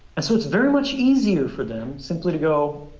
and so it's very much easier for them simply to go,